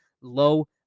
low